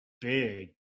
Big